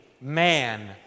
man